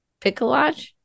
Picolage